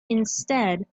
instead